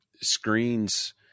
screens